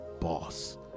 boss